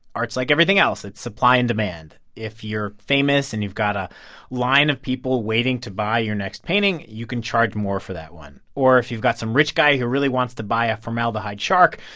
art's like everything else, it's supply and demand if you're famous and you've got a line of people waiting to buy your next painting, you can charge more for that one. or if you've got some rich guy who really wants to buy a formaldehyde shark,